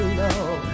love